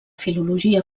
filologia